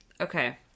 Okay